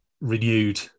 renewed